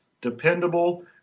dependable